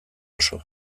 oso